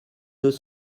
deux